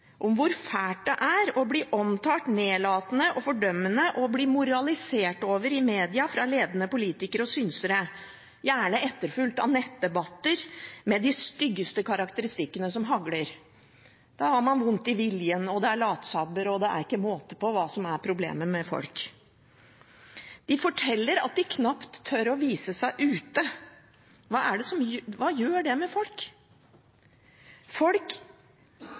fordømmende og bli moralisert over i media av ledende politikere og synsere, gjerne etterfulgt av nettdebatter der de styggeste karakteristikker haglet. Man har vond vilje, man er en latsabb, og det er ikke måte på hva som er problemet med folk. De fortalte at de knapt torde å vise seg ute. Hva gjør det med folk? Folk blir jo ikke friskere, får nytt håp, sjøltillit og tro på seg sjøl og er mer i stand til å komme i jobb hvis det